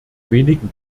wenigen